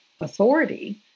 authority